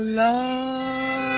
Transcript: love